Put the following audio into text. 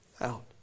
out